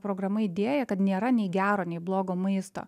programa idėja kad nėra nei gero nei blogo maisto